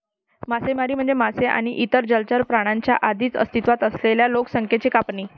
मासेमारी म्हणजे मासे आणि इतर जलचर प्राण्यांच्या आधीच अस्तित्वात असलेल्या लोकसंख्येची कापणी